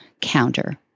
counter